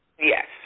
Yes